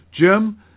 Jim